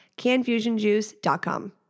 canfusionjuice.com